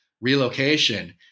relocation